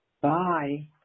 Bye